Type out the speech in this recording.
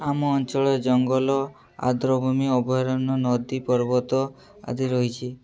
ଆମ ଅଞ୍ଚଳ ଜଙ୍ଗଲ ଆଦ୍ରଭୂମି ଅଭୟାରଣ୍ୟ ନଦୀ ପର୍ବତ ଆଦି ରହିଛି